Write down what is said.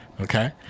okay